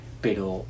pero